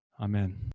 Amen